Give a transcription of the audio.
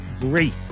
great